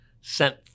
sent